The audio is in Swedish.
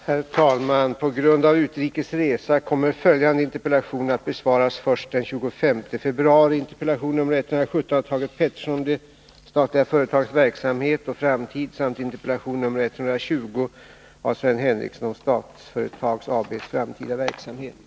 Herr talman! På grund av utrikes resa kommer följande interpellationer att besvaras först den 25 februari: interpellation nr 117 av Thage Peterson om de statliga företagens verksamhet och framtid samt interpellation nr 120 av Sven Henricsson om Statsföretag AB:s framtida verksamhet.